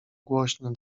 głośny